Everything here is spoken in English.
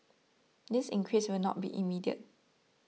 this increase will not be immediate